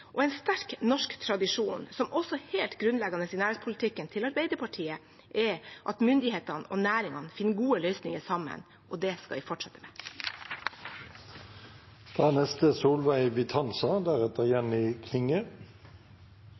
En sterk norsk tradisjon, som også er helt grunnleggende i Arbeiderpartiets næringspolitikk, er at myndighetene og næringene finner gode løsninger sammen. Det skal vi fortsette med. Jeg er